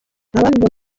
ababibonye